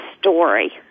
story